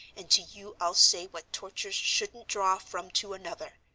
and to you i'll say what tortures shouldn't draw from to another.